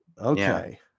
okay